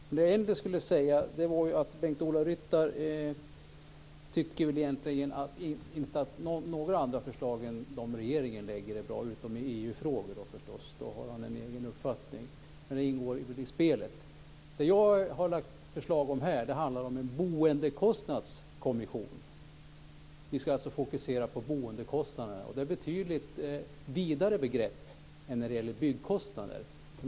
Bengt-Ola Ryttar tycker inte att några andra förslag än de regeringen lägger fram är bra, utom i EU frågor. Då har han en egen uppfattning. Det ingår i spelet. Jag har lagt fram förslag om en boendekostnadskommission. Vi ska fokusera på boendekostnaderna. Det är ett betydligt vidare begrepp än byggkostnader.